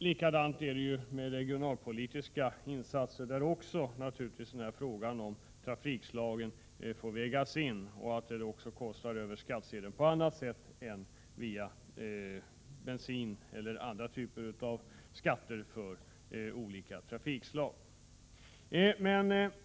Likadant är det med regionalpolitiska insatser, där naturligtvis också frågan om trafikslag får vägas in. De bekostas också över skattsedeln på annat sätt än via bensinskatt eller andra typer av skatter på olika trafikslag.